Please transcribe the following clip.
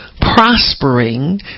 prospering